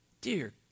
Dear